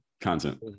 content